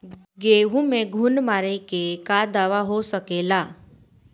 गेहूँ में घुन मारे के का दवा हो सकेला?